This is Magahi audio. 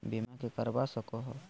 बीमा के करवा सको है?